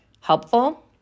helpful